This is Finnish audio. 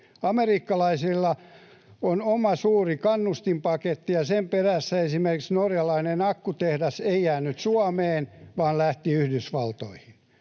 Amerikkalaisilla on oma suuri kannustinpaketti, ja sen perässä esimerkiksi norjalainen akkutehdas ei jäänyt Suomeen vaan lähti Yhdysvaltoihin.